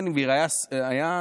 בן גביר היה switcher,